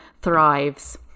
thrives